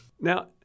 Now